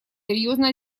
серьезно